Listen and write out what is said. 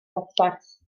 dosbarth